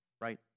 Right